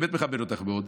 באמת מכבד אותך מאוד,